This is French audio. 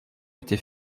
était